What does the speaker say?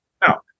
now